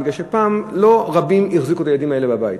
מפני שפעם לא רבים החזיקו את הילדים האלה בבית.